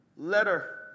Letter